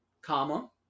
comma